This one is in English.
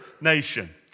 nation